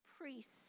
priests